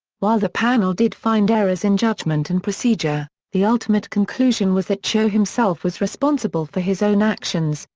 while the panel did find errors in judgment and procedure, the ultimate conclusion was that cho himself was responsible for his own actions,